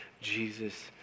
Jesus